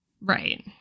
Right